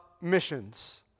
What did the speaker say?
missions